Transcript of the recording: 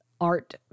Art